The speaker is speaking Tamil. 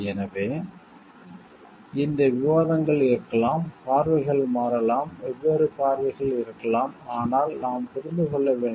எனவே இந்த விவாதங்கள் இருக்கலாம் பார்வைகள் மாறலாம் வெவ்வேறு பார்வைகள் இருக்கலாம் ஆனால் நாம் புரிந்து கொள்ள வேண்டும்